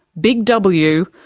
big w,